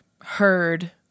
heard